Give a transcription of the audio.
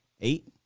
Eight